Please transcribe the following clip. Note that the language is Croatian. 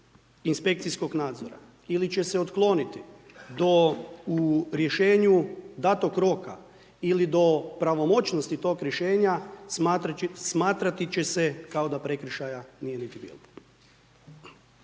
inspekcijskog nadzora ili će se otkloniti do u riješenu danog roka ili do pravomoćnosti tog rješenja smatrati će se kao da prekršaja nije niti bilo.